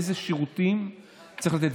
איזה שירותים צריך לתת.